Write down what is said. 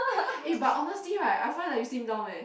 eh but honestly right I find that you slim down eh